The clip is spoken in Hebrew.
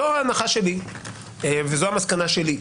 זאת ההנחה שלי וזאת המסקנה שלי.